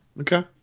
Okay